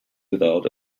without